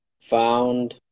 found